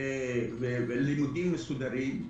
ולימודים מסודרים,